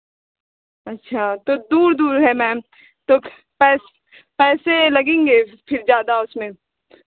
अच्छा तो दूर दूर है मैम तो पैस पैसे लगेंगे फिर ज़्यादा उसमें